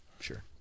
Sure